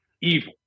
evil